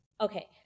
Okay